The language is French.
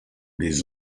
des